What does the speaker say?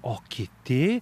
o kiti